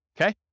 Okay